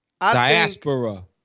Diaspora